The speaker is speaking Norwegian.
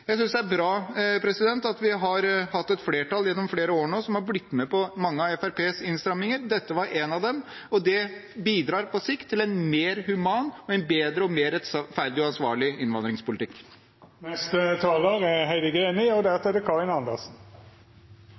Jeg synes det er bra at vi har hatt et flertall gjennom flere år nå som har blitt med på mange av Fremskrittspartiets innstramninger. Dette var en av dem, og det bidrar på sikt til en mer human og en bedre og mer rettferdig og ansvarlig innvandringspolitikk. I dette representantforslaget fremmer SV tre forslag angående opphør av flyktningstatus, og i tillegg fremmes det